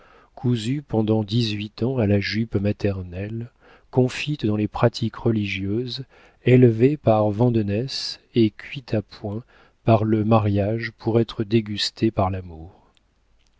cousue pendant dix-huit ans à la jupe maternelle confite dans les pratiques religieuses élevée par vandenesse et cuite à point par le mariage pour être dégustée par l'amour